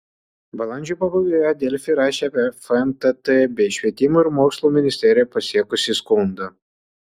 balandžio pabaigoje delfi rašė apie fntt bei švietimo ir mokslo ministeriją pasiekusį skundą